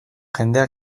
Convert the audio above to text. jendea